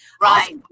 Right